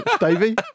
Davey